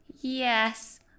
Yes